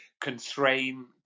constrain